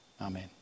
Amen